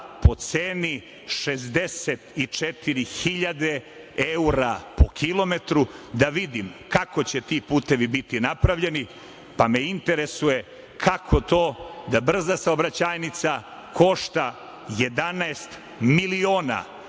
po ceni 64 hiljade evra po kilometru, da vidim kako će ti putevi biti napravljeni, pa me interesuje kako to da brza saobraćajnica košta 11 miliona